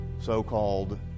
so-called